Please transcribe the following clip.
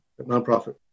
nonprofit